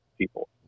people